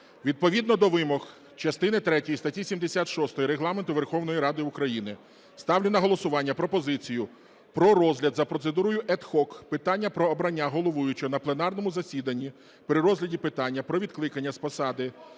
відповідно до вимог частини третьої статті 76 Регламенту Верховної Ради України ставлю на голосування пропозицію про розгляд за процедурою ad hoc питання про обрання головуючого на пленарному засіданні при розгляді питання про відкликання з посади